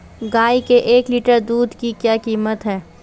गाय के एक लीटर दूध की क्या कीमत है?